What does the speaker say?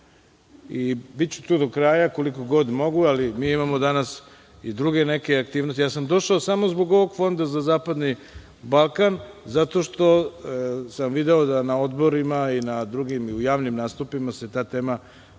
Biću tu do kraja, koliko god mogu, ali mi imamo danas i druge neke aktivnosti. Ja sam došao samo zbog ovog Fonda za zapadni Balkan, zato što sam video da na odborima i na drugim javnim nastupima se ta tema